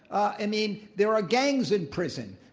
i mean, there are gangs in prison.